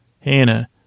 Hannah